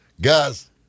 Guys